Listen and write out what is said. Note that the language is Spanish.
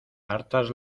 hartas